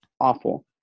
awful